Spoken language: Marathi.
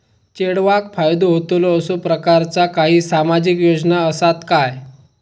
चेडवाक फायदो होतलो असो प्रकारचा काही सामाजिक योजना असात काय?